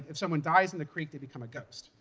if someone dies in the creek, they become a ghost.